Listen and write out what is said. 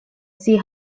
see